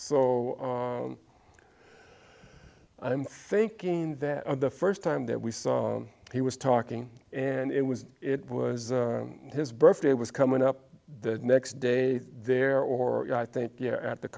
so i'm thinking that the first time that we saw he was talking and it was it was his birthday was coming up the next day there or i think you're at the